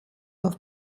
auf